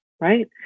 Right